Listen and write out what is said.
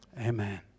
amen